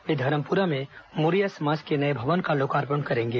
वे धरमपुरा में मुरिया समाज के भवन का लोकार्पण करेंगे